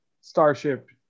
starship